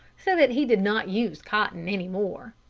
so that he did not use cotton any more.